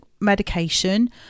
medication